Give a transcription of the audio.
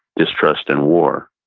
distrust, and war.